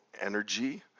energy